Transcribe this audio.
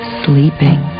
sleeping